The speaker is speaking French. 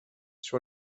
sur